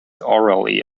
orally